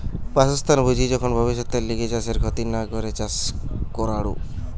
বাসস্থান বুঝি যখন ভব্যিষতের লিগে চাষের ক্ষতি না করে চাষ করাঢু